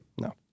No